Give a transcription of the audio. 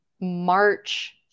March